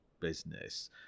business